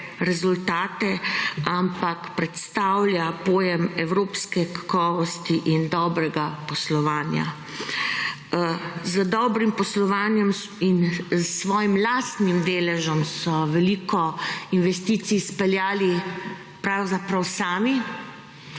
ampak predstavlja pojem evropske kakovosti in dobrega poslovanja. Z dobrim poslovanjem in s svojim lastnim deležem so veliko investicij izpeljali pravzaprav sami,